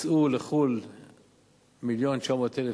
יצאו לחו"ל 1.9 מיליון איש.